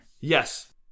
yes